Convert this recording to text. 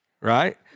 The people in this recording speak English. right